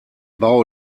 bau